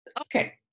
Okay